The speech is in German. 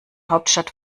hauptstadt